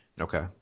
Okay